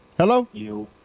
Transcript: Hello